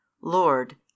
lord